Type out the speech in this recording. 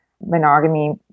monogamy